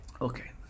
okay